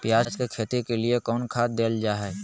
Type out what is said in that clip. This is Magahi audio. प्याज के खेती के लिए कौन खाद देल जा हाय?